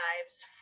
lives